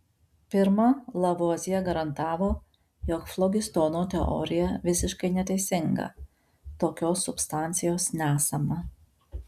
pirma lavuazjė garantavo jog flogistono teorija visiškai neteisinga tokios substancijos nesama